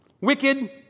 wicked